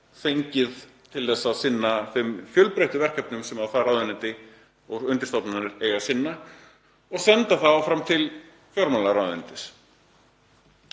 fengið til að sinna þeim fjölbreyttu verkefnum sem það ráðuneyti og undirstofnanir eiga að sinna og senda það áfram til fjármálaráðuneytis.